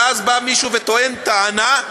ואז בא מישהו וטוען טענה,